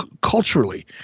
culturally